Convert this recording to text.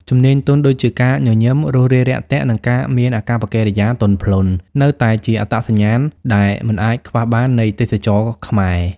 ជំនាញទន់ ដូចជាការញញឹម រួសរាយរាក់ទាក់ និងការមានអាកប្បកិរិយាទន់ភ្លន់ នៅតែជាអត្តសញ្ញាណដែលមិនអាចខ្វះបាននៃទេសចរណ៍ខ្មែរ។